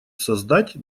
создать